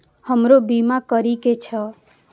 हमरो बीमा करीके छः?